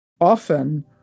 Often